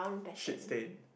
shit stain